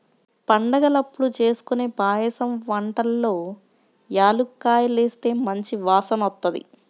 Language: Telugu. పండగలప్పుడు జేస్కొనే పాయసం వంటల్లో యాలుక్కాయాలేస్తే మంచి వాసనొత్తది